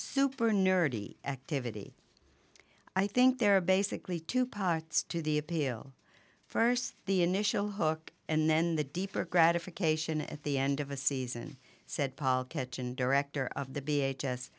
super nerdy activity i think there are basically two parts to the appeal first the initial hook and then the deeper gratification at the end of a season said paul kitchen director of the